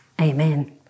amen